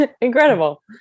Incredible